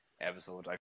episode